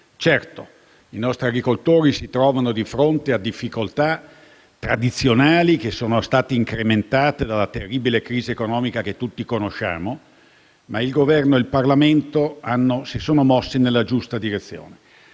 Certamente i nostri agricoltori si trovano di fronte a difficoltà tradizionali che sono state incrementate dalla terribile crisi economica che tutti conosciamo, ma il Governo e il Parlamento si sono mossi nella giusta direzione.